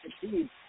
succeed